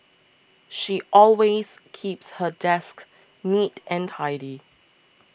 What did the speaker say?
she always keeps her desk neat and tidy